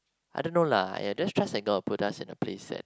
I don't know lah !aiya! just trust that god opens up a playset